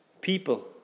people